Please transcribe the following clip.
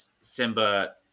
Simba